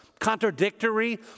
contradictory